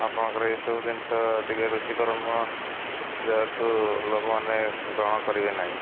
ଆପଣଙ୍କର ଏଇସବୁ ଜିନିଷ ଟିକେ ରୁଚିକର ନୁହେଁ ଯାହାକୁ ଲୋକମାନେ ଗ୍ରହଣ କରିବେ ନାହିଁ